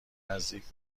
نزدیک